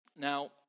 Now